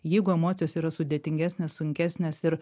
jeigu emocijos yra sudėtingesnės sunkesnės ir